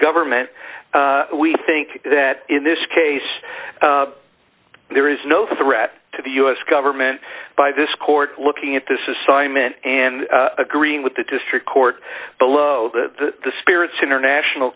government we think that in this case there is no threat to the u s government by this court looking at this assignment and agreeing with the district court below that the spirits international